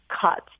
cuts